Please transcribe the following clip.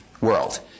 world